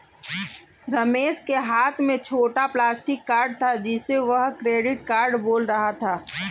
रमेश के हाथ में छोटा प्लास्टिक कार्ड था जिसे वह क्रेडिट कार्ड बोल रहा था